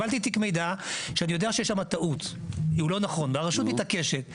קיבלתי תיק מידע שאני יודע שיש שם טעות והוא לא נכון והרשות מתעקשת,